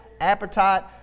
appetite